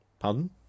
Pardon